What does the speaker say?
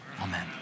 Amen